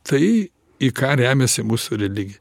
tai į ką remiasi mūsų religija